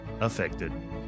affected